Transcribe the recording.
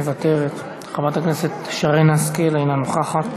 מוותרת, חברת הכנסת שרן השכל, אינה נוכחת,